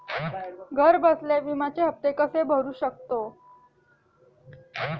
घरबसल्या विम्याचे हफ्ते कसे भरू शकतो?